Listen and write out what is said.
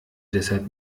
deshalb